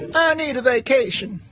i need a vacation!